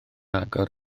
agor